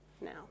now